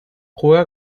juega